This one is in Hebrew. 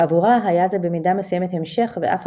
בעבורה היה זה במידה מסוימת המשך ואף